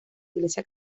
iglesia